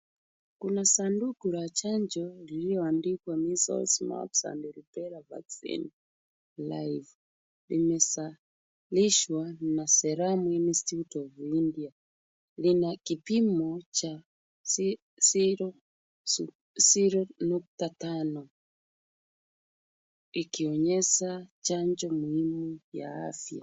Kuna sanduku la chanjo iliyoandikwa measles, Mumps and rubella vaccine live . Limesalishwa na Serum Institute of India. Lina kipimo cha zero nukta tano ikionyesha chanjo muhimu ya afya.